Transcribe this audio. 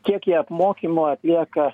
kiek jie apmokymų atlieka